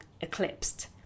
eclipsed